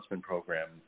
program